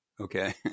Okay